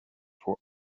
for